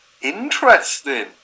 Interesting